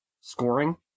scoring